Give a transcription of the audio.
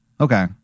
Okay